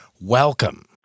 welcome